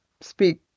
speak